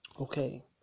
Okay